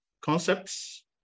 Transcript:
concepts